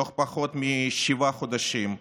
בתוך פחות משבעה חודשים,